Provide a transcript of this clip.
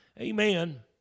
amen